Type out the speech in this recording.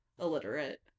illiterate